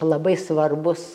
labai svarbus